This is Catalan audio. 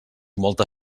molta